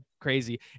crazy